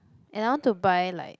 and I want to buy like